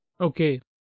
Okay